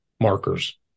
markers